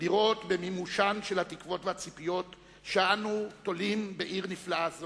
לראות במימושן של התקוות והציפיות שאנו תולים בעיר נפלאה זו,